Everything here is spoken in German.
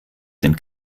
den